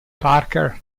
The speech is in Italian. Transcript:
parker